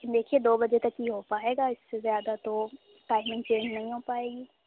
دیکھیے دو بجے تک ہی ہو پائے گا اِس سے زیادہ تو ٹائمنگ چینج نہیں ہو پائے گی